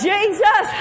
Jesus